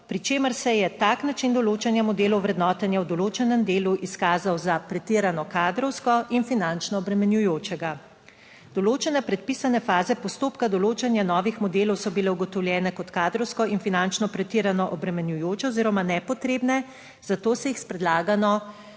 pri čemer se je tak način določanja modelov vrednotenja v določenem delu izkazal za pretirano kadrovsko in finančno obremenjujočega. Določene predpisane faze postopka določanja novih modelov so bile ugotovljene kot kadrovsko in finančno pretirano obremenjujoče oziroma nepotrebne, zato se jih s predlagano